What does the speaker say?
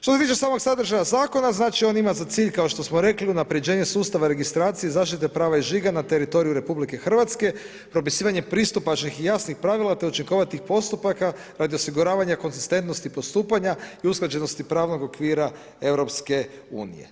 Što se tiče samog sadržaja zakona znači, on ima za cilj kao što smo rekli unapređenje sustava registracije i zaštite iz prava i žiga na teritoriju Republike Hrvatske propisivanjem pristupačnih i jasnih pravila te učinkovitih postupaka radi osiguravanja konzistentnosti postupanja i usklađenosti pravnog okvira Europske unije.